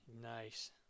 Nice